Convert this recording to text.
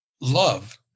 love